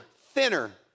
thinner